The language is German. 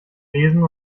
besen